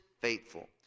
faithful